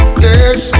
yes